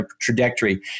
trajectory